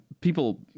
people